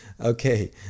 Okay